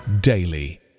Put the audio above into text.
daily